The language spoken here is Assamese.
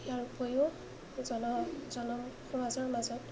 ইয়াৰ উপৰিও জন জনসমাজৰ মাজত